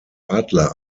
adler